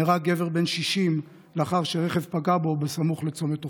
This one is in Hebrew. נהרג גבר בן 60 לאחר שרכב פגע בו סמוך לצומת עופרים.